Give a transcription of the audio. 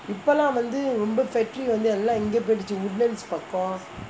இப்போலாம் வந்து ரொம்ப:ippolaam vanthu romba factory இங்கே போயிருச்சு:ingae poyiruchi woodlands பக்கம்:pakkam